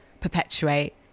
perpetuate